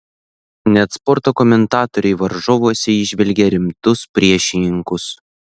net sporto komentatoriai varžovuose įžvelgia rimtus priešininkus